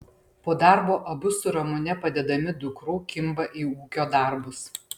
po darbo abu su ramune padedami dukrų kimba į ūkio darbus